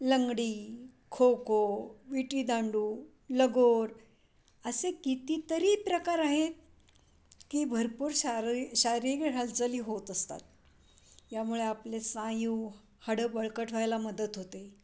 लंगडी खोखो विटीदांडू लगोरी असे कितीतरी प्रकार आहेत की भरपूर शारीरि शारीरिक हालचाली होत असतात यामुळे आपले स्नायू हाडं बळकट व्हायला मदत होते